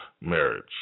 marriage